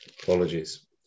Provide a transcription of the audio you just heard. apologies